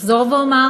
אחזור ואומר